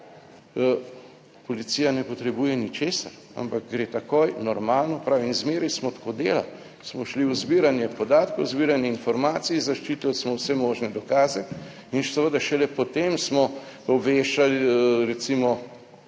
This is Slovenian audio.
policija ne potrebuje ničesar, ampak gre takoj normalno, pravim, zmeraj smo tako delali, smo šli v zbiranje podatkov, zbiranje informacij, zaščitili smo vse možne dokaze in seveda šele potem smo obveščali recimo